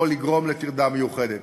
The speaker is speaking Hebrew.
או לגרום לטרדה מיוחדת.